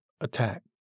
attack